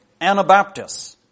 Anabaptists